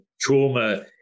trauma